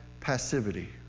passivity